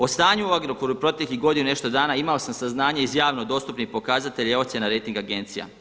O stanju u Agrokoru proteklih godinu i nešto dana imao sam saznanje iz javno dostupnih pokazatelja ocjena rejting agencija.